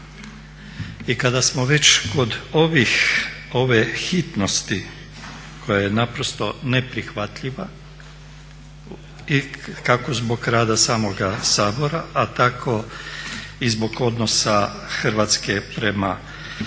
I kada smo već kod ove hitnosti koja je naprosto neprihvatljiva i kako zbog rada samoga Sabora, a tako i zbog odnosa Hrvatske prema pomanjkanja